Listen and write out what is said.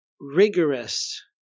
rigorous